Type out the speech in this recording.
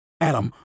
Adam